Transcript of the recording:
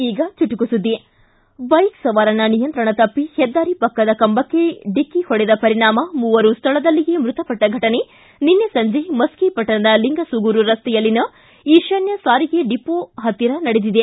ಈಗ ಚುಟುಕು ಸುದ್ದಿ ಬೈಕ್ ಸವಾರನ ನಿಯಂತ್ರಣ ತಪ್ಪಿ ಹೆದ್ದಾರಿ ಪಕ್ಕದ ಕಂಬಕ್ಕೆ ಡಿಕ್ಕಿ ಹೊಡೆದ ಪರಿಣಾಮ ಮೂವರು ಸ್ಥಳದಲ್ಲಿಯೇ ಮೃತಪಟ್ಟ ಘಟನೆ ನಿನ್ನೆ ಸಂಜೆ ಮಸ್ಕಿ ಪಟ್ಟಣದ ಲಿಂಗಸುಗೂರು ರಸ್ತೆಯಲ್ಲಿನ ಈಶಾನ್ಯ ಸಾರಿಗೆ ಡಿಪೋ ಪತ್ತಿರ ನಡೆದಿದೆ